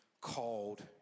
called